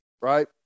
right